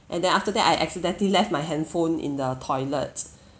and then after that I accidentally left my handphone in the toilet